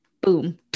Boom